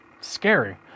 scary